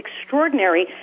extraordinary